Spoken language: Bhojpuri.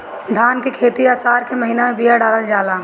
धान की खेती आसार के महीना में बिया डालल जाला?